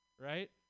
right